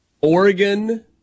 Oregon